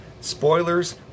Spoilers